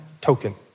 token